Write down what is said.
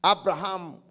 Abraham